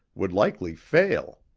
would likely fail.